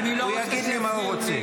הוא יגיד לי מה הוא רוצה.